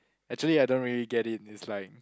actually I don't really get it it's like